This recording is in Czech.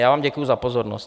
Já vám děkuji za pozornost.